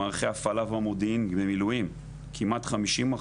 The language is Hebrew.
במערכי הפעלה והמודיעין במילואים, כמעט 50%,